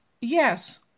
yes